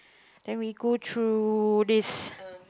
then we go through this